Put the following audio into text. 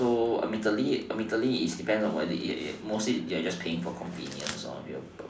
so ultimately ultimately it depends on mostly you're just paying for convenience